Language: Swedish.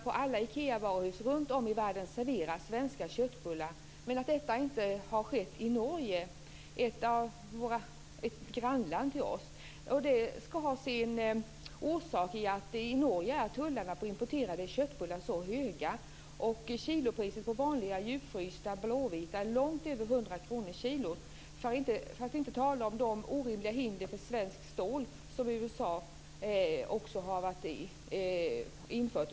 På alla Ikeavaruhus runtom i världen serverar man svenska köttbullar, men det sker inte i Norge. Norge är ju ett grannland till oss. Det ska ha sin grund i att i Norge är tullarna på importerade köttbullar mycket höga. Priset på vanliga djupfrysta blåvita köttbullar är långt över 100 kr per kilo. För att inte tala om de orimliga hinder för svenskt stål som USA har infört.